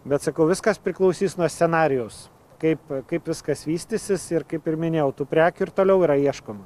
bet sakau viskas priklausys nuo scenarijaus kaip kaip viskas vystysis ir kaip ir minėjau tų prekių ir toliau yra ieškoma